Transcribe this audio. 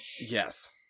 Yes